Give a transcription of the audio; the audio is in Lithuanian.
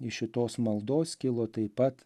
iš šitos maldos kilo taip pat